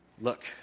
Look